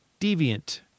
Deviant